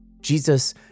Jesus